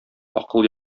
акыл